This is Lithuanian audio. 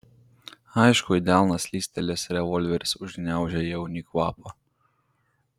aišku į delną slystelėjęs revolveris užgniaužė jauniui kvapą